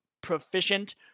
proficient